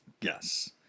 Yes